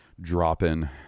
dropping